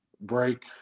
break –